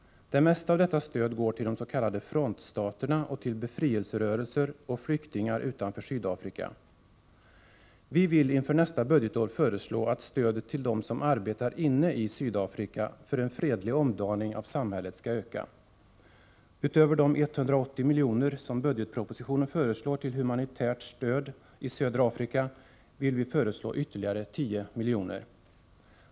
Det mesta av detta stöd går till de s.k. frontstaterna, till befrielserörelser och flyktingar utanför Sydafrika. Vi vill inför nästa budgetår föreslå att stödet till dem som inne i Sydafrika arbetar för en fredlig omdaning av samhället skall öka. Utöver de 180 miljoner som föreslås i budgetpropositionen till humanitärt bistånd i södra Afrika vill vi föreslå ytterligare 10 miljoner.